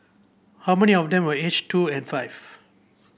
how many of them were aged two and five